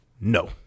No